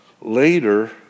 later